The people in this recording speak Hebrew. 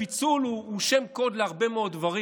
הפיצול הוא שם קוד להרבה מאוד דברים.